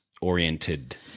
oriented